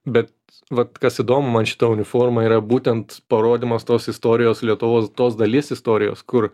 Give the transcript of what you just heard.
bet vat kas įdomu man šita uniforma yra būtent parodymas tos istorijos lietuvos tos dalies istorijos kur